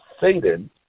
Satan